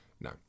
No